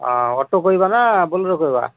ହଁ ଅଟୋ କହିବା ନା ବୋଲେରୋ କହିବା